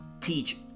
teach